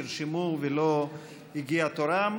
נרשמו ולא הגיע תורם,